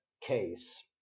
case